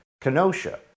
Kenosha